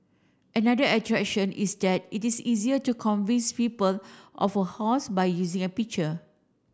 another attraction is that it is easier to convince people of a hoax by using a picture